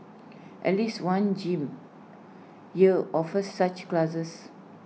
at least one gym here offers such classes